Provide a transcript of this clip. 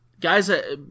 Guys